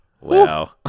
wow